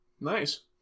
nice